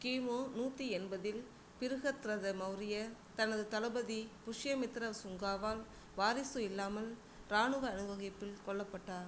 கிமு நூற்றி எண்பதில் பிருஹத்ரத மௌரியர் தனது தளபதி புஷ்யமித்ர சுங்காவால் வாரிசு இல்லாமல் இராணுவ அணிவகுப்பில் கொல்லப்பட்டார்